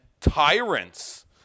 tyrants